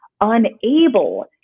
unable